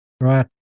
Right